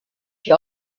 she